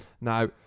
Now